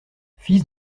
fils